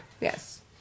Yes